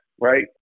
right